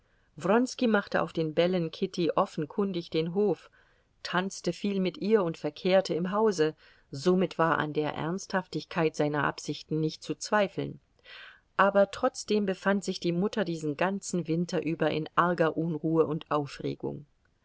machte auf den bällen kitty offenkundig den hof tanzte viel mit ihr und verkehrte im hause somit war an der ernsthaftigkeit seiner absichten nicht zu zweifeln aber trotzdem befand sich die mutter diesen ganzen winter über in arger unruhe und aufregung